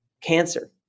cancer